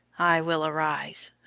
i will arise